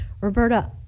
Roberta